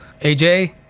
aj